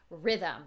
rhythm